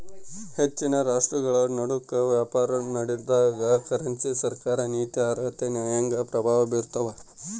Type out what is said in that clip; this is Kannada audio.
ಹೆಚ್ಚಿನ ರಾಷ್ಟ್ರಗಳನಡುಕ ವ್ಯಾಪಾರನಡೆದಾಗ ಕರೆನ್ಸಿ ಸರ್ಕಾರ ನೀತಿ ಆರ್ಥಿಕತೆ ನ್ಯಾಯಾಂಗ ಪ್ರಭಾವ ಬೀರ್ತವ